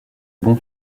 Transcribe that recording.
bon